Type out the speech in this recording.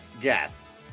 guess